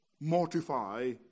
mortify